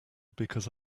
because